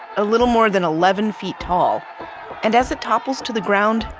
a little more than eleven feet tall and as it topples to the ground,